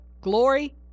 glory